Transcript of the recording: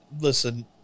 listen